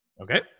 Okay